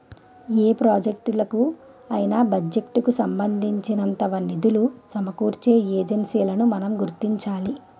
ఏ ప్రాజెక్టులకు అయినా బడ్జెట్ కు సంబంధించినంత నిధులు సమకూర్చే ఏజెన్సీలను మనం గుర్తించాలి